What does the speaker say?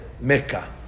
Mecca